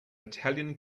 italian